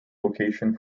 location